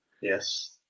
Yes